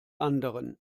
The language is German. anderen